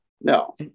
No